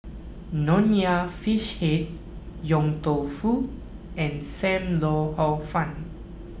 Nonya Fish Head Yong Tau Foo and Sam Lau Hor Fun